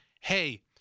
hey